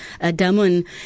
Damun